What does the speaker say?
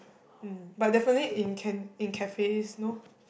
um but definitely in can in cafes no